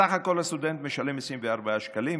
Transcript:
בסך הכול הסטודנט משלם 24 שקלים,